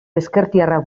ezkertiarrak